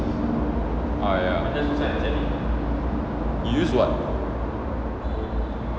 ah ya you use what